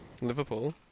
Liverpool